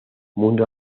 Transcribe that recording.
mundo